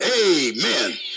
Amen